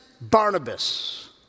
Barnabas